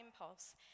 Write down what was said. impulse